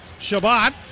Shabbat